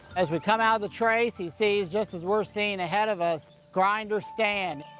as we come out of the trace, he sees just as we're seeing ahead of us, grinder's stand.